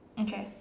okay